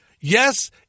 Yes